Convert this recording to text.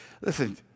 Listen